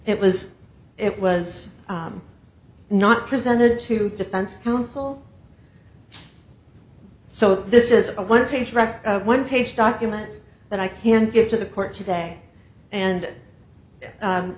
it was it was not presented to defense counsel so this is a one page direct one page document that i can give to the court today and